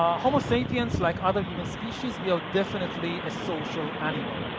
homo sapiens, like other human species, we are definitely a social animal